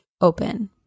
open